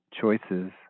choices